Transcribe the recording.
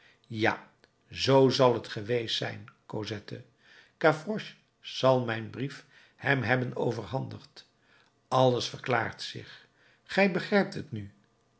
ja zoo zal t geweest zijn cosette gavroche zal mijn brief hem hebben overhandigd alles verklaart zich gij begrijpt t nu